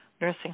nursing